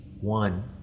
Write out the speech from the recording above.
one